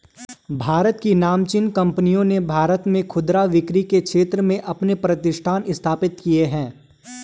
भारत की नामचीन कंपनियों ने भारत में खुदरा बिक्री के क्षेत्र में अपने प्रतिष्ठान स्थापित किए हैं